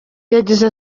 yagize